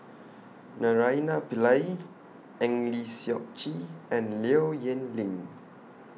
Naraina Pillai Eng Lee Seok Chee and Low Yen Ling